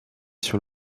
sur